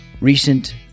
recent